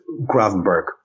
Gravenberg